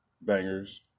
bangers